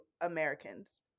Americans